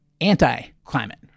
anti-climate